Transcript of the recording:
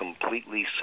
completely